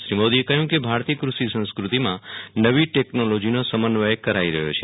શ્રી મોદીએ કહયું કે ભારતીય કૃષિ સંસ્કૃતિકમાં નવી ટેકનોલોજીનો સમન્વય કરાઈ રહયો છે